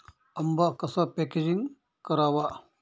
आंबा कसा पॅकेजिंग करावा?